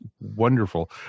wonderful